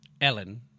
Ellen